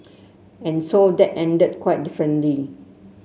and so that ended quite differently